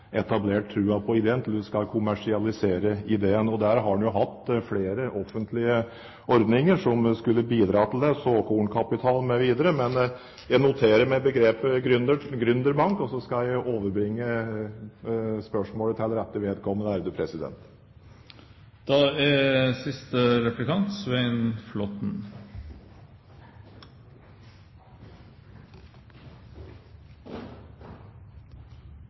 etablert troen på ideen til du skal kommersialisere den. Der har en jo hatt flere offentlige ordninger som skulle bidra til det, såkornkapital mv. Men jeg noterer meg begrepet «gründerbank», og så skal jeg overbringe spørsmålet til rette vedkommende.